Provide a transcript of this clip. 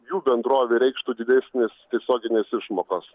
jų bendrovei reikštų didesnės tiesioginės išmokos